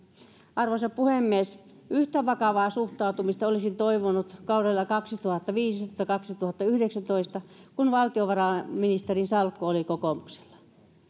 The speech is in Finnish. arvoisa puhemies yhtä vakavaa suhtautumista olisin toivonut kaudella kaksituhattaviisitoista viiva kaksituhattayhdeksäntoista kun valtiovarainministerin salkku oli kokoomuksella